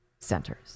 centers